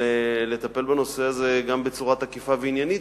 לטפל בנושא הזה גם בצורה תקיפה ועניינית